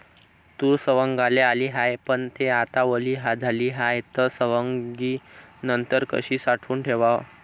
तूर सवंगाले आली हाये, पन थे आता वली झाली हाये, त सवंगनीनंतर कशी साठवून ठेवाव?